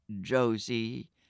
Josie